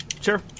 Sure